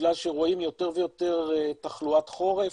בגלל שרואים יותר ויותר תחלואת חורף,